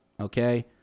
Okay